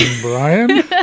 Brian